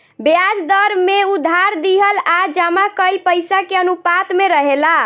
ब्याज दर में उधार दिहल आ जमा कईल पइसा के अनुपात में रहेला